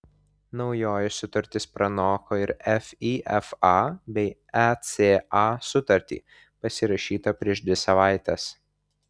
naujoji sutartis pranoko ir fifa bei eca sutartį pasirašytą prieš dvi savaites